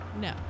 no